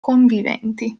conviventi